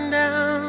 down